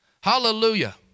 Hallelujah